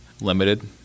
limited